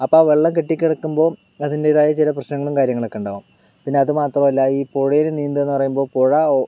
അപ്പോൾ ആ വെള്ളം കെട്ടിക്കിടക്കുമ്പോൾ അതിന്റേതായ ചില പ്രശ്നങ്ങളും കാര്യങ്ങളുമൊക്കെ ഉണ്ടാകും പിന്നെ അതു മാത്രമല്ല ഈ പുഴയിൽ നീന്തുകയെന്നു പറയുമ്പോൾ പുഴ